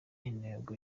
intego